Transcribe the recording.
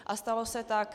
A stalo se tak.